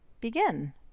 begin